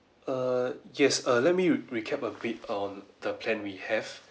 err yes err let me re~ recap a bit on the plan we have